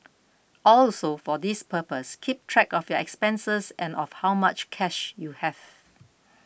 also for this purpose keep track of your expenses and of how much cash you have